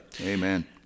Amen